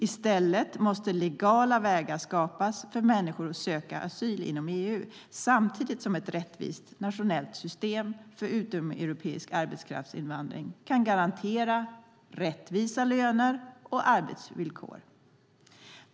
I stället måste legala vägar skapas för människor att söka asyl inom EU, samtidigt som ett rättvist nationellt system för utomeuropeisk arbetskraftsinvandring kan garantera rättvisa löner och arbetsvillkor.